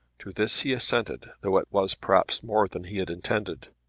to this he assented, though it was perhaps more than he had intended.